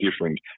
different